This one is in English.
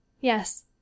yes